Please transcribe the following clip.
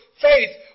faith